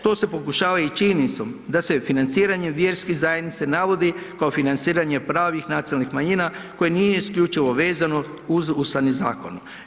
To se pokušava i činjenicom da se financiranjem vjerski zajednice navodi kao financiranje pravih nacionalnih manjina koje nije isključivo vezano uz Ustavni zakon.